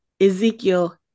Ezekiel